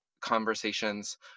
conversations